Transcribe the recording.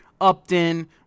Upton